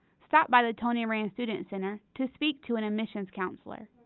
stop by the tony rand student center to speak to an admissions counselor.